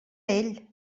ell